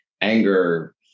anger